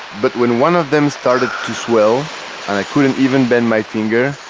but when one of them started to swell and i couldn't even bend my finger,